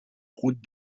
route